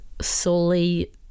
solely